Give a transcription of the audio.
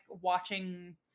watching